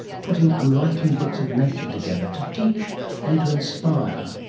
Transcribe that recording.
putting unlikely bits of nature together to teach and to inspire